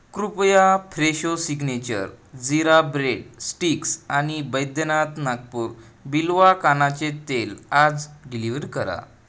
कृपया Fresho signature jeera bread sticks आणि बैद्यनाथ नागपूर बिल्वा कानाचे तेल आज डिलिवर करा